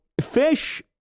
fish